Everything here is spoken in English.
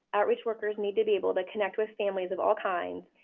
outreach workers need to be able to connect with families of all kinds,